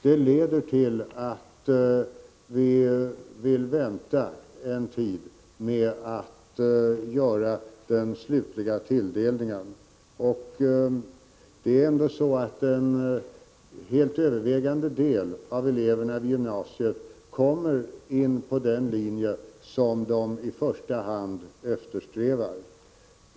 Detta leder till att vi vill vänta en tid med att göra den slutliga tilldelningen. Det är ändå så att en helt övervägande del av eleverna vid gymnasiet kommer in på den linje som de i första hand eftersträvar.